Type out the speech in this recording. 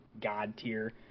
God-tier